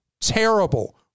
terrible